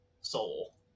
soul